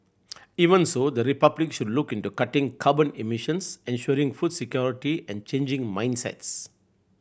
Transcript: even so the Republic should look into cutting carbon emissions ensuring food security and changing mindsets